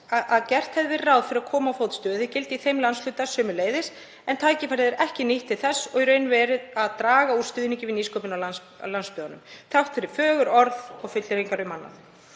að gert hefði verið ráð fyrir að koma á fót stöðugildi í þeim landshluta sömuleiðis en tækifærið er ekki nýtt til þess og í raun verið að draga úr stuðningi við nýsköpun á landsbyggðunum þrátt fyrir fögur orð og fullyrðingar um annað.